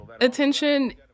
attention